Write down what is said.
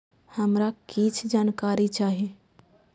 हमरा कीछ जानकारी चाही